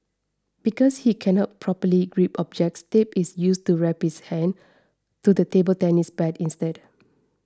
because he cannot properly grip objects tape is used to wrap his hand to the table tennis bat instead